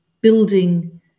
building